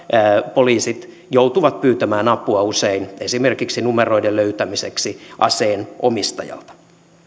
poliisit joutuvat pyytämään apua usein esimerkiksi numeroiden löytämiseksi aseen omistajalta